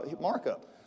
markup